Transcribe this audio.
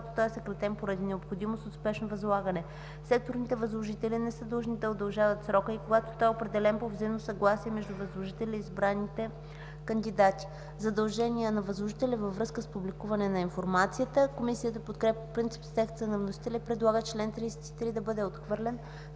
Комисията подкрепя по принцип текста на вносителя и предлага чл. 32 да бъде отхвърлен,